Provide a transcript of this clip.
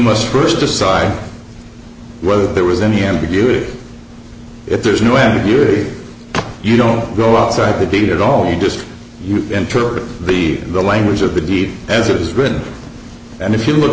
must first decide whether there was any ambiguity if there's no ambiguity you don't go outside the gate at all you just interpret the language of the deed as it is written and if you look